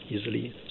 easily